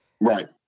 right